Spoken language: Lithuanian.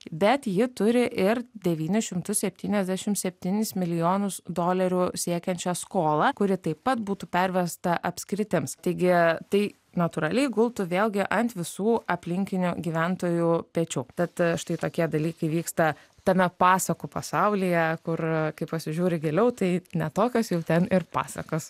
bet ji turi ir devynis šimtus septyniasdešim septynis milijonus dolerių siekiančią skolą kuri taip pat būtų pervesta apskritims taigi tai natūraliai gultų vėlgi ant visų aplinkinių gyventojų pečių tad štai tokie dalykai vyksta tame pasakų pasaulyje kur kai pasižiūri giliau tai ne tokios jau ten ir pasakos